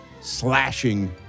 slashing